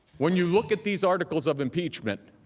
when you look at these articles of impeachment,